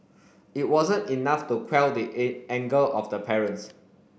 it wasn't enough to quell the anger of the parents